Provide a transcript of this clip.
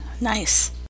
nice